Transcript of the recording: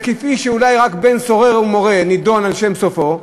אולי כפי שרק בן סורר ומורה נידון על שם סופו,